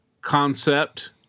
concept